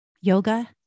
yoga